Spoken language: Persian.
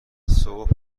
صبح